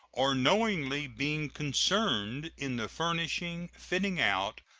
or knowingly being concerned in the furnishing, fitting out,